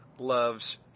Loves